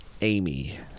Amy